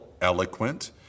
eloquent